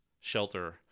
shelter